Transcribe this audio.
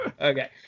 Okay